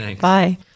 Bye